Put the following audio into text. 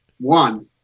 One